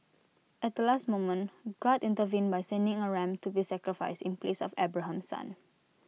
at the last moment God intervened by sending A ram to be sacrificed in place of Abraham's son